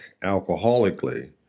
alcoholically